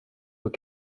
aux